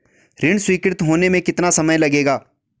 ऋण स्वीकृति होने में कितना समय लगेगा?